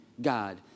God